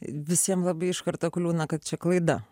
visiem labai iš karto kliūna kad čia klaida